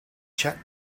chet